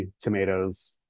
tomatoes